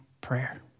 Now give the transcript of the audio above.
prayer